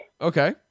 Okay